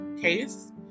case